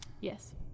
Yes